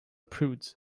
prudes